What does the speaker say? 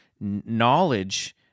knowledge